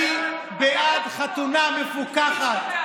אני בעד חתונה מפוקחת.